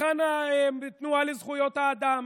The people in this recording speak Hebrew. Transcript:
היכן התנועה לזכויות האדם?